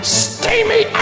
steamy